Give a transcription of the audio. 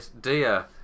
dear